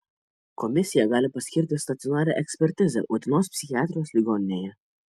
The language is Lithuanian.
komisija gali paskirti stacionarią ekspertizę utenos psichiatrijos ligoninėje